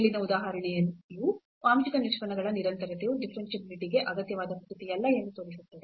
ಮೇಲಿನ ಉದಾಹರಣೆಯು ಆಂಶಿಕ ನಿಷ್ಪನ್ನಗಳ ನಿರಂತರತೆಯು ಡಿಫರೆನ್ಷಿಯಾಬಿಲಿಟಿ ಗೆ ಅಗತ್ಯವಾದ ಸ್ಥಿತಿಯಲ್ಲ ಎಂದು ತೋರಿಸುತ್ತದೆ